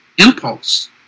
impulse